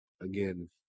again